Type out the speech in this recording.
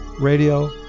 radio